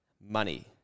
money